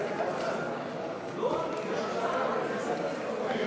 4 נתקבלו.